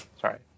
sorry